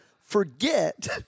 forget